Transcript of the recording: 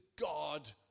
God